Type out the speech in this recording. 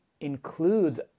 includes